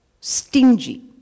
stingy